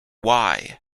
why